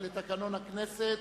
לתקנון הכנסת